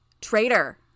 Traitor